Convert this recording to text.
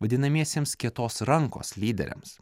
vadinamiesiems kietos rankos lyderiams